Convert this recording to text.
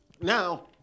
now